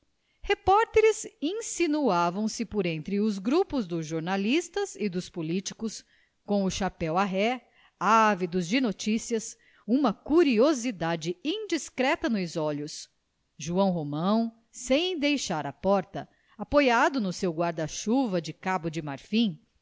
repórteres insinuavam se por entre os grupos dos jornalistas e dos políticos com o chapéu à ré ávidos de noticias uma curiosidade indiscreta nos olhos joão romão sem deixar a porta apoiado no seu guarda-chuva de cabo de marfim